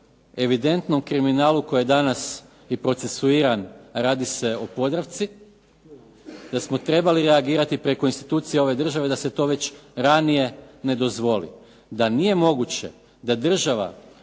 evidentnom kriminalu koji je danas i procesuiran, radi se o "Podravci", da smo trebali reagirati preko institucije ove države da se to već ranije ne dozvoli. Da nije moguće da država,